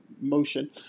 motion